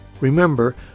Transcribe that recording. Remember